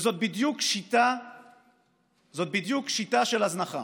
זאת בדיוק שיטה של הזנחה,